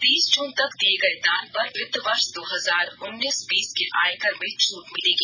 तीस जून तक दिये गये दान पर वित्त वर्ष दो हजार उन्नीस बीस के आयकर में छूट मिलेगी